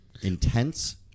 intense